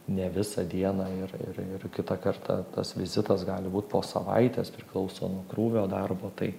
ne visą dieną ir ir ir kitą kartą tas vizitas gali būt po savaitės priklauso nuo krūvio darbo tai